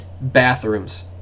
bathrooms